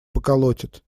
поколотят